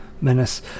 menace